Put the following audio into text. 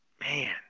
Man